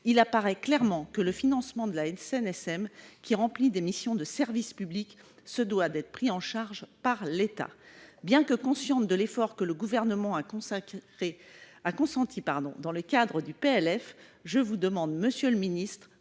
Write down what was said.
il apparaît clairement que le financement de la SNSM, qui remplit des missions de service public, doit être pris en charge par l'État. Tout en étant consciente de l'effort que le Gouvernement a consenti dans le cadre de la loi de finances, je vous demande, monsieur le secrétaire